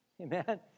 Amen